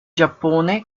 giappone